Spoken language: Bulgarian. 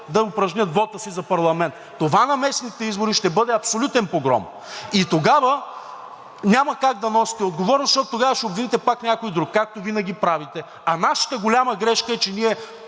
да упражнят вота си за парламент. Това на местните избори ще бъде абсолютен погром и тогава няма как да носите отговорност, защото тогава ще обвините пак някой друг, както винаги правите. А нашата голяма грешка е, че ние